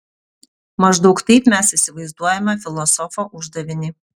maždaug taip mes įsivaizduojame filosofo uždavinį